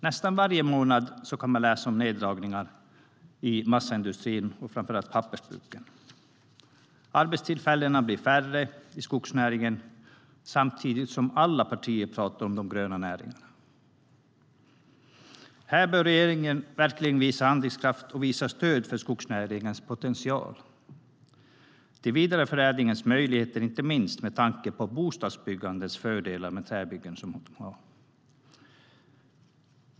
Nästan varje månad kan man läsa om neddragningar i massaindustrin och framför allt i pappersbruken. Arbetstillfällena blir färre i skogsnäringen samtidigt som alla partier pratar om de gröna näringarna. Här bör regeringen verkligen visa handlingskraft och visa stöd för skogsnäringens potential när det gäller vidareförädlingens möjligheter, inte minst med tanke på fördelarna med träbyggen i bostadsbyggandet.